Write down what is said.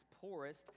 poorest